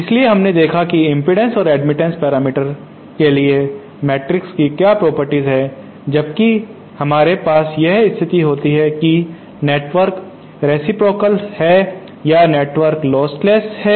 इसलिए हमने देखा की इम्पीडेन्स और एडमिटन्स पैरामीटर्स के लिए मैट्रिक्स कि क्या प्रॉपर्टीज है जबकि हमारे पास यह स्थिति होती है कि नेटवर्क रेसिप्रोकाल है या नेटवर्क लोस्टलेस है